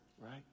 right